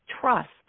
trust